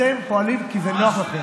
אתם פועלים כי זה נוח לכם.